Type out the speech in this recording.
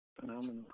Phenomenal